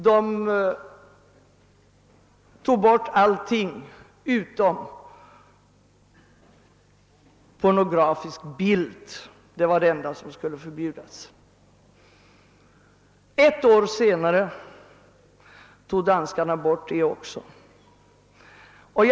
De tog bort allting utom pornografisk bild, som var det enda man skulle förbjuda. Ett år senare tog danskarna bort även det.